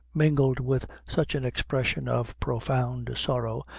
mingled with such an expression of profound sorrow,